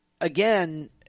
again